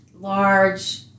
large